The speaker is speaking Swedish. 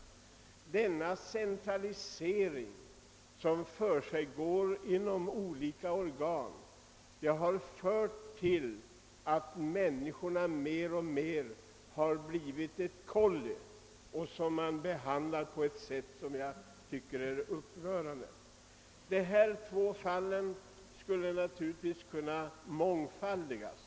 Den centralisering av beslutanderätten som skett till olika organ har lett till att människorna alltmer kommit att betraktas som kollin, som kan behandlas på det mest upprörande sätt. De fall som jag tagit upp i motionen skulle naturligtvis kunna mångfaldigas.